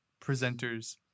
presenters